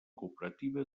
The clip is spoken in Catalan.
cooperativa